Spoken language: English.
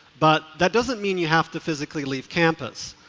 but that doesn't mean you have to physically leave campus.